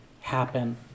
happen